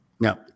No